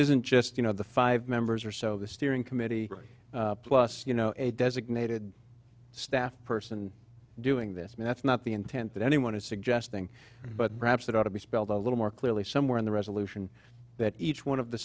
isn't just you know the five members or so the steering committee plus you know a designated staff person doing this and that's not the intent that anyone is suggesting but perhaps it ought to be spelled out a little more clearly somewhere in the resolution that each one of the